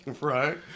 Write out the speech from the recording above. Right